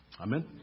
Amen